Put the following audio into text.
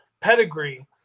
pedigree